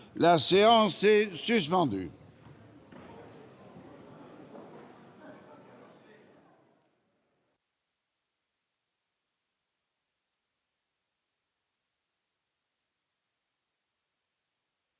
La séance est suspendue.